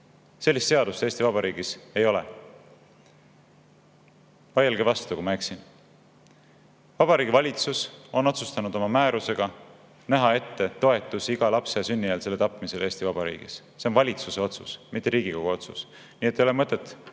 Sellist seadust Eesti Vabariigis ei ole. Vaielge vastu, kui ma eksin. Vabariigi Valitsus on otsustanud oma määrusega näha ette toetuse igale lapse sünnieelsele tapmisele Eesti Vabariigis. See on valitsuse otsus, mitte Riigikogu otsus. Nii et ei ole mõtet